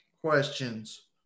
questions